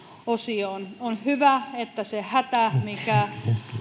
osioon on hyvä että se hätä mikä